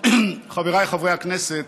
חבר הכנסת חנין,